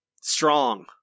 strong